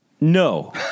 No